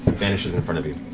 vanishes in front of you.